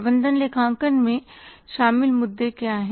प्रबंधन लेखांकन में शामिल मुद्दे क्या हैं